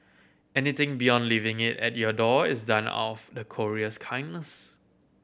anything beyond leaving it at your door is done of the courier's kindness